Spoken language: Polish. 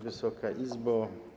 Wysoka Izbo!